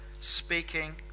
speaking